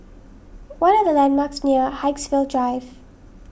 what are the landmarks near Haigsville Drive